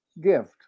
gift